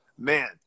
Man